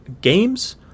games